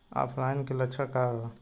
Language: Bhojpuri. ऑफलाइनके लक्षण क वा?